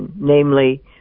namely